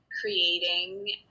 creating